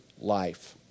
life